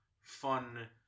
fun